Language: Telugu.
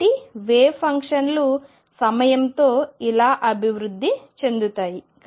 కాబట్టి వేవ్ ఫంక్షన్లు సమయం తో ఇలా అభివృద్ధి చెందుతాయి